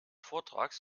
vortrages